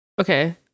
Okay